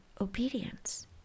obedience